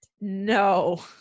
No